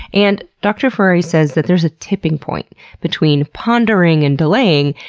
and dr. ferrari says that there's a tipping point between pondering and delaying,